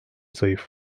zayıf